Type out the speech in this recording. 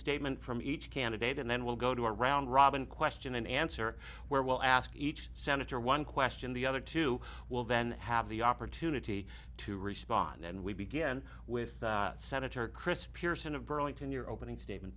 statement from each candidate and then we'll go to a round robin question and answer where we'll ask each senator one question the other two will then have the opportunity to respond and we begin with senator chris pearson of burlington your opening statement